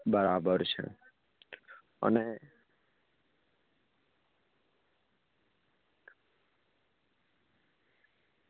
બરાબર છે અને